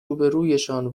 روبهرویشان